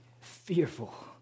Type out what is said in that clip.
fearful